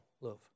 love